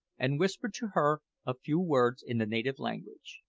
and whispered to her a few words in the native language.